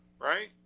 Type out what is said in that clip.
Right